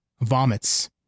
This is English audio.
Vomits